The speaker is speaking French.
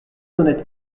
honnête